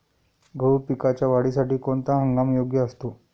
गहू पिकाच्या वाढीसाठी कोणता हंगाम योग्य असतो?